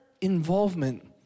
involvement